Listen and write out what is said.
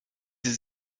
sie